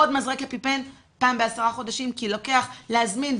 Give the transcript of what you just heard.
עוד מזרק אפיפן פעם בעשרה חודשים כי לוקח זמן להזמין,